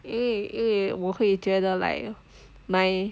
因为因为我会觉得 like my